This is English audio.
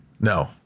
No